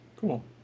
Cool